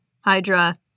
Hydra